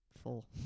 full